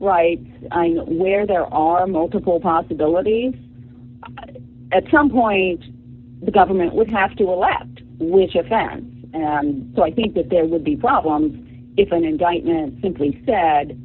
right where there are multiple possibilities at some point the government would have to a lab which have found and so i think that there would be problems if an indictment simply sa